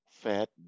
fat